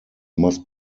must